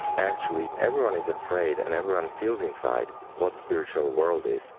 actually everyone is afraid and everyone feels inside what spiritual world is,